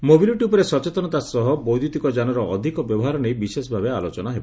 mobility ଉପରେ ସଚେତନତା ସହ ବୈଦ୍ୟୁତିକଯାନର ଅଧିକ ବ୍ୟବହାର ନେଇ ବିଶେଷଭାବେ ଆଲୋଚନା ହେବ